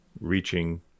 reaching